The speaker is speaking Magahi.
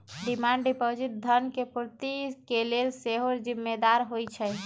डिमांड डिपॉजिट धन के पूर्ति के लेल सेहो जिम्मेदार होइ छइ